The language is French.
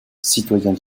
citoyens